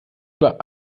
über